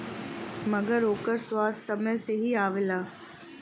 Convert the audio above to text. मगर ओकर स्वाद समय से ही आवला